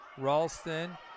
Ralston